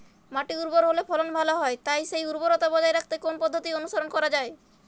মাটি উর্বর হলে ফলন ভালো হয় তাই সেই উর্বরতা বজায় রাখতে কোন পদ্ধতি অনুসরণ করা যায়?